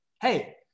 hey